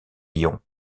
lyon